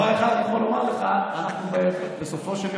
ליברמן היה עולה, יוצא.